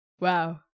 Wow